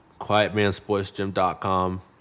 quietmansportsgym.com